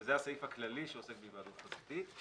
וזה הסעיף הכללי שעוסק בהיוועדות חזותית.